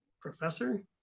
professor